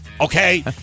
Okay